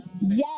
yes